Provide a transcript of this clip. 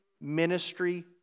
ministry